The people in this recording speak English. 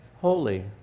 holy